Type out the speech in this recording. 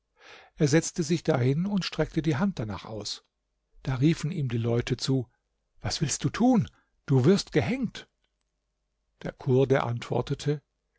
er setzte sich dahin und streckte die hand darnach aus da riefen ihm die leute zu was willst du tun du wirst gehängt der kurde antwortete